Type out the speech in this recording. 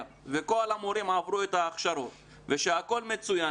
וכל המורים עברו את ההכשרות ושהכול מצוין,